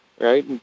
right